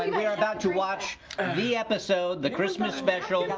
you're about to watch the episode, the christmas special,